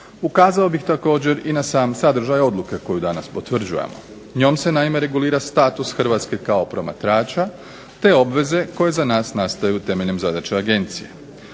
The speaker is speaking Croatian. Ukazao bih također i na sam sadržaj odluke koju danas potvrđujemo. Njom se naime regulira status Hrvatske kao promatrača te obveze koje za nas nastaju temeljem zadaća Agencije.